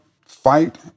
fight